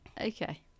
Okay